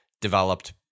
developed